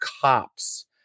cops